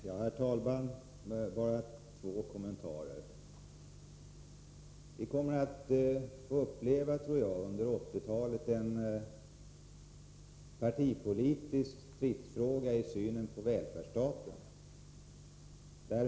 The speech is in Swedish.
Herr talman! Bara två kommentarer: Jag tror att vi under 1980-talet kommer att få uppleva en partipolitisk stridsfråga när det gäller synen på välfärdsstaten.